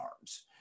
arms